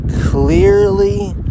clearly